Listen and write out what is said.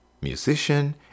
musician